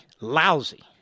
lousy